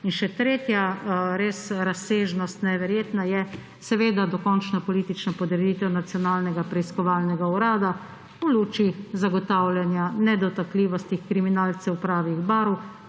In še tretja, res neverjetna razsežnost je dokončna politična podreditev Nacionalnega preiskovalnega urada. V luči zagotavljanja nedotakljivosti kriminalcev pravih barv